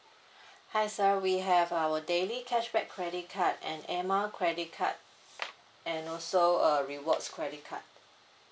hi sir we have our daily cashback credit card and air miles credit card and also a rewards credit card